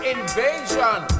Invasion